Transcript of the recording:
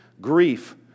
grief